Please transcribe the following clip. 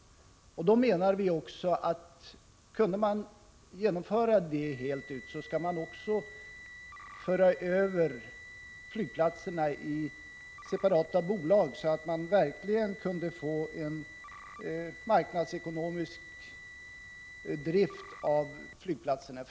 Om detta kunde genomföras fullt ut skulle flygplatserna också föras över i separata bolag, detta för att man skulle åstadkomma en marknadsekonomisk drift av flygplatserna.